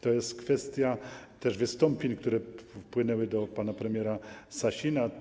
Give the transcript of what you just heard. To jest kwestia wystąpień, które wpłynęły do pana premiera Sasina.